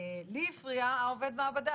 לי הפריע העובד מעבדה,